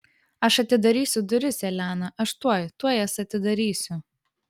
aš atidarysiu duris elena aš tuoj tuoj jas atidarysiu